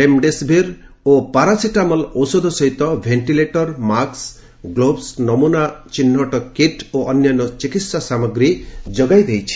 remdesivir ଓ paracetamol ଔଷଧ ସହିତ ଭେଷ୍ଟିଲେଟର ମାସ୍କ ଗ୍ଲୋବ୍ସ ନମୁନା ଚିହ୍ନଟ କିଟ୍ ଓ ଅନ୍ୟାନ୍ୟ ଚିକିତ୍ସା ସାମଗ୍ରୀ ଯୋଗାଇଦେଇଛି